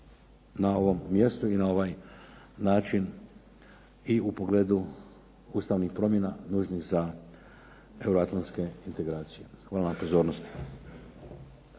na ovom mjestu i na ovaj način i u pogledu ustavnih promjena nužnih za euroatlantske integracije. Hvala na pozornosti.